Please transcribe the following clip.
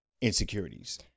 insecurities